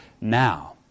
now